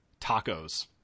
tacos